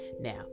Now